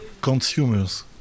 consumers